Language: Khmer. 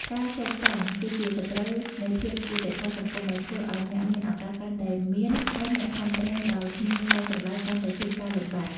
ការសូកប៉ាន់ គឺជាសត្រូវនៃភាពយុត្តិធម៌សង្គម ដែលធ្វើឱ្យអ្នកមានឱកាសកាន់តែមាន ហើយអ្នកខំប្រឹងប្រែងដោយគ្មានខ្សែស្រឡាយកាន់តែជួបការលំបាក។